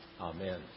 Amen